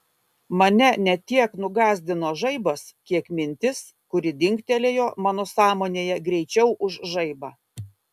mane ne tiek nugąsdino žaibas kiek mintis kuri dingtelėjo mano sąmonėje greičiau už žaibą